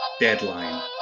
deadline